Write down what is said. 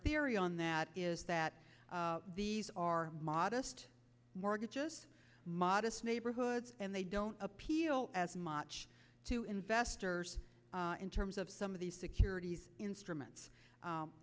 theory on that is that these are modest mortgages modest neighborhoods and they don't appeal as much to investors in terms of some of these securities instruments